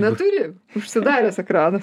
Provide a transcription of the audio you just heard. neturi užsidaręs ekranas